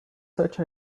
such